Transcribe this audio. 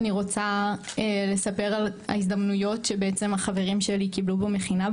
אני רוצה לספר על ההזדמנויות שבעצם החברים שלי קיבלו במכינה.